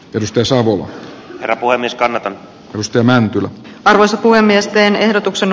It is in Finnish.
risto saavu rapuamista naton kyvystä mäntylä arvoisa puhemies teen ehdotuksen